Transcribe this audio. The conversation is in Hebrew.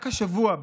רק השבוע,